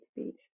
speech